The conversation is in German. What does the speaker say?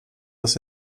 das